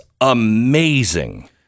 amazing